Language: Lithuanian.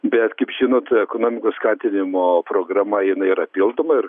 bet kaip žinot ekonomikos skatinimo programa jinai yra pildoma ir